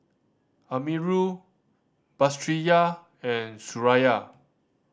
Amirul Batrisya and Suraya